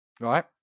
right